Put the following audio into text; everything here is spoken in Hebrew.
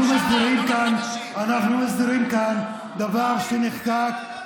אנחנו מסדירים כאן דבר שנחקק,